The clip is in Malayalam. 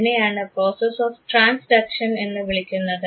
ഇതിനെയാണ് പ്രോസസ് ഓഫ് ട്രാൻസ്ഡക്ഷൻ എന്ന് വിളിക്കുന്നത്